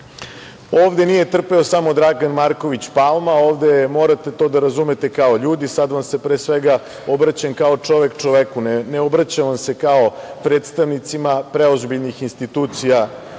nije trpeo samo Dragan Marković Palma, ovde je, morate to da razume kao ljudi, sada vam se pre svega obraćam kao čovek čoveku, ne obraćam vam se kao predstavnicima preozbiljnih institucija